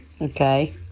okay